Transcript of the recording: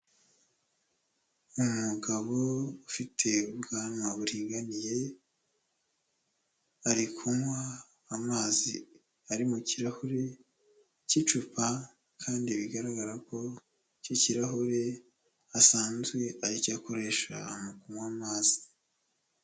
Umugabo ufite ubwanwa buringaniye, ari kunywa amazi ari mu kirahuri cy'icupa kandi bigaragara ko cy'ikirahure asanzwe aricyo akoresha mu kunywa amazi.